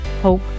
hope